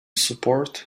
support